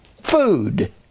food